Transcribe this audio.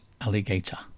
Alligator